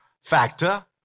factor